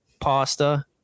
pasta